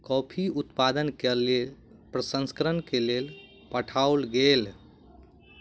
coffee उत्पादन कय के प्रसंस्करण के लेल पठाओल गेल